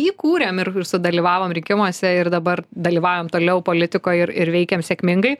įkūrėm ir sudalyvavom rinkimuose ir dabar dalyvaujam toliau politikoj ir ir veikiam sėkmingai